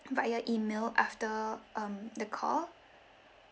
via email after um the call